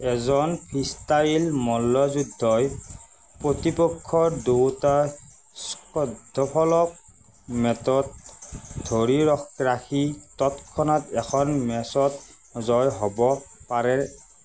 এজন ফীষ্টাইল মল্লযুদ্ধই প্ৰতিপক্ষৰ দুওটা স্কধ্বফলক মেটত ধৰি ৰখ ৰাখি তৎক্ষণাত এখন মেচত জয় হ'ব পাৰে